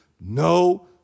no